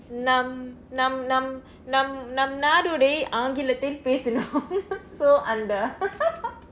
நம் நம் நம் நம் நம் நாடுடைய ஆங்கிலத்தை பேசணும்:nam nam nam nam nam naadudaya aangkilaththai peesanum so அந்த:andtha